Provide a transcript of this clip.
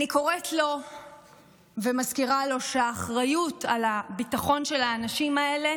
אני קוראת לו ומזכירה לו שהאחריות לביטחון של האנשים האלה